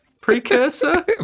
precursor